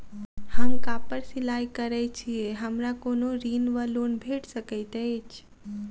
हम कापड़ सिलाई करै छीयै हमरा कोनो ऋण वा लोन भेट सकैत अछि?